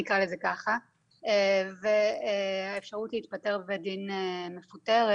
נקרא לזה ככה והאפשרות להתפטר בדין של מפוטרת.